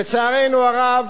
לצערנו הרב,